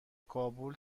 کابل